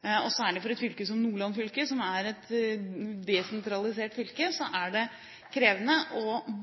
Og særlig for et fylke som Nordland, som er et desentralisert fylke, er det krevende